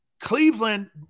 Cleveland